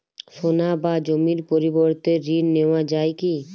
সোনা বা জমির পরিবর্তে ঋণ নেওয়া যায় কী?